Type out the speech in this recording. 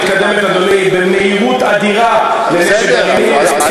בין איראן ובין נשק